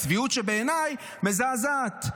הצביעות שבעיניי מזעזעת.